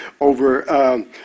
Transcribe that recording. over –